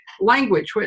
language